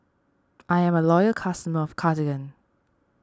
I am a loyal customer of Cartigain